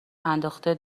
انداخته